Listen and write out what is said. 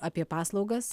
apie paslaugas